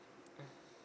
mmhmm